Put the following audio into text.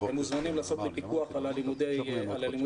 אתם מוזמנים לעשות לי פיקוח על הלימודים שלי,